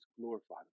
glorified